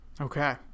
Okay